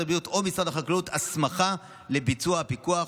הבריאות או ממשרד החקלאות הסמכה לביצוע הפיקוח.